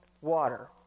water